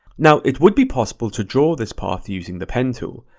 now, it would be possible to draw this path using the pen tool.